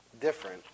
different